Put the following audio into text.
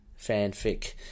fanfic